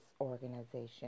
organization